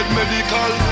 medical